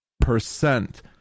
percent